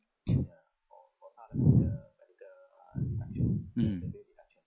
mm